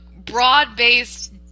broad-based